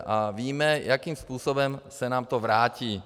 A víme, jakým způsobem se nám to vrátí.